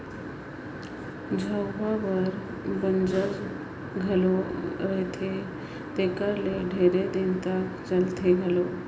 झउहा हर बंजर घलो रहथे तेकर ले ढेरे दिन तक चलथे घलो